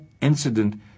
incident